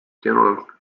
general